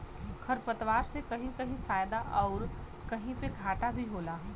खरपात से कहीं कहीं फायदा आउर कहीं पे घाटा भी होला